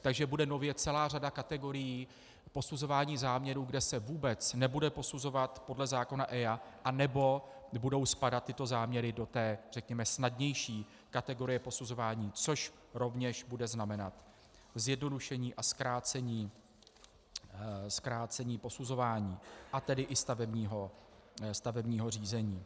Takže bude nově celá řada kategorií posuzování záměrů, kde se vůbec nebude posuzovat podle zákona EIA, nebo budou spadat tyto záměry do té řekněme snadnější kategorie posuzování, což rovněž bude znamenat zjednodušení a zkrácení posuzování, a tedy i stavebního řízení.